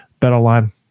BetOnline